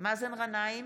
מאזן גנאים,